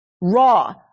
raw